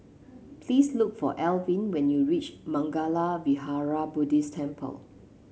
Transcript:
please look for Elvin when you reach Mangala Vihara Buddhist Temple